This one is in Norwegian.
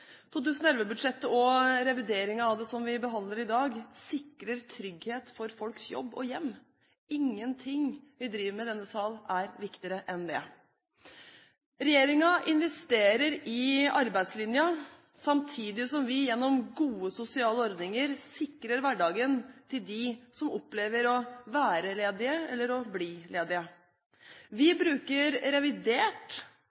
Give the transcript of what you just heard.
og revideringen av det, som vi behandler i dag, sikrer trygghet for folks jobb og hjem. Ingenting vi driver med i denne sal, er viktigere enn det. Regjeringen investerer i arbeidslinja samtidig som vi gjennom gode sosiale ordninger sikrer hverdagen til dem som opplever å være ledige eller å bli ledige.